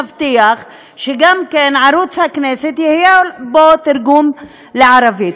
כך שנבטיח שגם בערוץ הכנסת יהיה תרגום לערבית.